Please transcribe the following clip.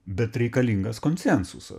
bet reikalingas konsensusa